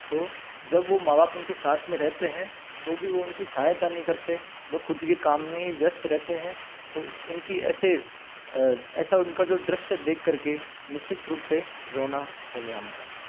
तो जब वो माँ बाप उन के साथ में रहते हैं तो भी वो उनकी सहायता नहीं करते वो खुद के काम में ही व्यस्त रहते हैं तो उन की ऐसे ऐसा उनका जो दृश्य देखकर के निश्चित रूप से रोना हो गया हमारा